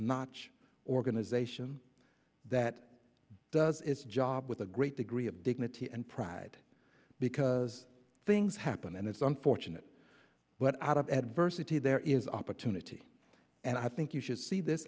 notch organization that does its job with a great degree of dignity and pride because things happen and it's unfortunate but out of adversity there is opportunity and i think you should see this